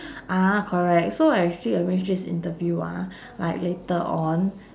ah correct so I actually arranged this interview ah like later on